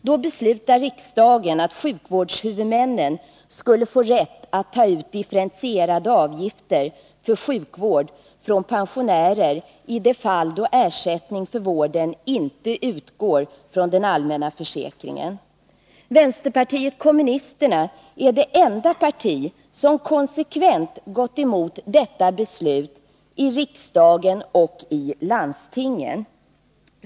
Då beslutade riksdagen att sjukvårdshuvudmännen skulle få rätt att ta ut differentierade avgifter för sjukvård från pensionärer i de fall när ersättning för vården inte utgår från den allmänna försäkringen. Vänsterpartiet kommunisterna är det enda parti som konsekvent gått emot detta beslut i riksdagen och i landstingen.